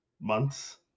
months